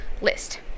List